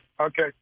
Okay